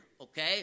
okay